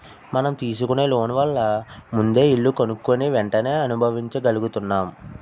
మనం తీసుకునే లోన్ వల్ల ముందే ఇల్లు కొనుక్కుని వెంటనే అనుభవించగలుగుతున్నాం